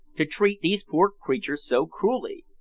to treat these poor creatures so cruelly?